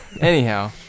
anyhow